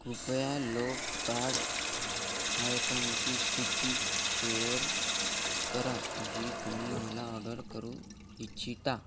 कृपया लोकार्ट आयटमची सूची शेअर करा जी तुम्ही मला ऑर्डर करू इच्छिता